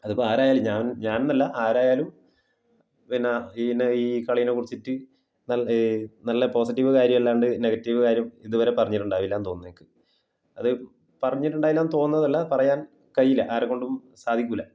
അത് ഇപ്പം ആരായാലും ഞാൻ ഞാൻ എന്നല്ല ആരായാലും പിന്നെ ഇതിൻ്റെ ഈ കളിനെ കുറിച്ചിട്ട് നല്ല പോസിറ്റീവ് കാര്യം അല്ലാതെ നെഗറ്റീവ് കാര്യം ഇതുവരെ പറഞ്ഞിട്ടുണ്ടാവില്ല എന്ന് തോന്നുന്നു എനിക്ക് അത് പറഞ്ഞിട്ടുണ്ടാവില്ലെന്ന് തോന്നുന്നതല്ല പറയാൻ കഴിയില്ല ആരെക്കൊണ്ടും സാധിക്കില്ല